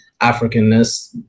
Africanness